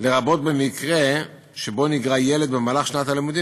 לרבות במקרה שבו נגרע ילד במהלך שנת הלימודים